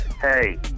Hey